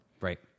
Right